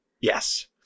Yes